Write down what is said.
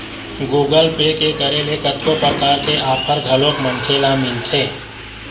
Google Pay के करे ले कतको परकार के आफर घलोक मनखे ल मिलथे